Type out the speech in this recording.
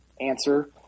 Answer